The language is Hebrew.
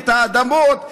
את האדמות,